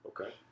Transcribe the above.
Okay